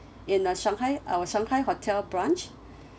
in uh shanghai our shanghai hotel branch